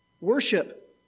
Worship